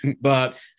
but-